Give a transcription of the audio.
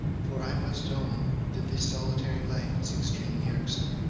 for i must own that this solitary life is extremely irksome.